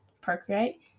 procreate